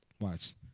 Watch